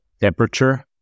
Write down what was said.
temperature